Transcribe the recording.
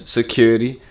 security